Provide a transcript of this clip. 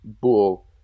bull